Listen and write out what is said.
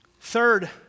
Third